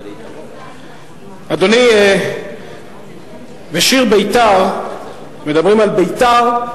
אדוני, ב"שיר בית"ר" מדברים על בית"ר,